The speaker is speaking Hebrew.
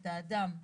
את האדם.